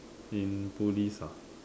in police ah